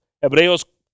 Hebreos